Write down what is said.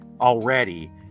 already